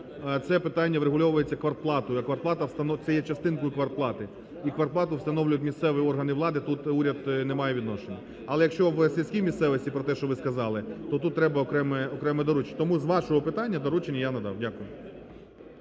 це питання врегульовується квартплатою, це є частинкою квартплати і квартплату встановлюють місцеві органи влади, тут уряд не має відношення. Але, якщо в сільській місцевості про те, що ви сказали, то тут треба окреме доручення. Тому з вашого питання доручення я надам. Дякую.